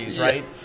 right